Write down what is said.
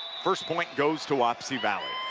first point goes to wapsie valley.